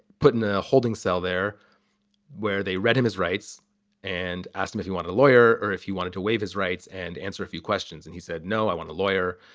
put in a holding cell there where they read him his rights and asking if he wanted a lawyer or if he wanted to waive his rights and answer a few questions. and he said, no, i want a lawyer.